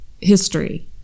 history